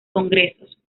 congresos